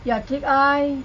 ya trick eye